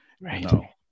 Right